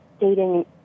dating